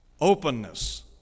openness